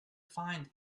find